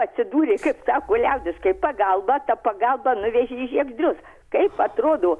atsidūrė kaip sako liaudis kai pagalba ta pagalba nuvežė į žiegždrius kaip atrodo